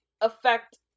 affect